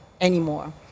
anymore